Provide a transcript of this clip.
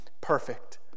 perfect